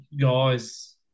guys